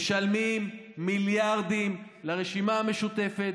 משלמים מיליארדים לרשימה המשותפת,